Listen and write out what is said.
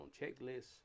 checklists